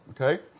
Okay